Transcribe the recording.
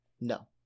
no